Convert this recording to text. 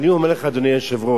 אני אומר לך, אדוני היושב-ראש,